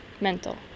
mental